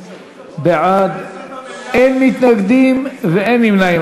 אין מתנגדים ואין נמנעים.